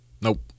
Nope